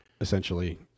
essentially